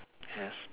yes